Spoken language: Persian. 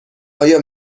آیا